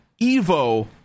Evo